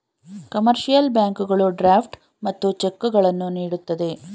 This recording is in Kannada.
ಕಮರ್ಷಿಯಲ್ ಬ್ಯಾಂಕುಗಳು ಡ್ರಾಫ್ಟ್ ಮತ್ತು ಚೆಕ್ಕುಗಳನ್ನು ನೀಡುತ್ತದೆ